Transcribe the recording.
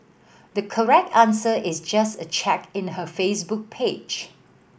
the correct answer is just a check her Facebook page